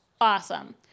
awesome